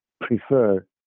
prefer